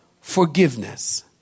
Forgiveness